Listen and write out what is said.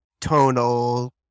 tonal